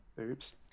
Oops